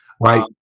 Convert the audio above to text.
Right